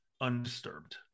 undisturbed